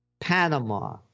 Panama